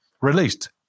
released